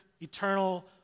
eternal